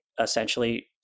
essentially